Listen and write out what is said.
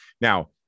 Now